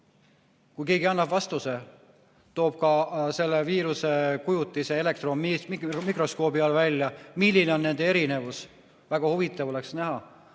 kui keegi annab vastuse, toob ka selle viiruse kujutise elektronmikroskoobi all välja, milline on nende erinevus, siis oleks seda